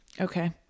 Okay